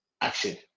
action